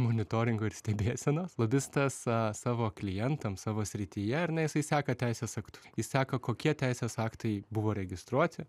monitoringo ir stebėsenos lobistas savo klientam savo srityje ar ne jisai seka teisės aktų jis seka kokie teisės aktai buvo registruoti